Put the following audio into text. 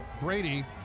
Brady